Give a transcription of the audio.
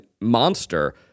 monster